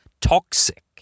toxic